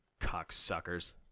cocksuckers